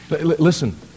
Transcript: Listen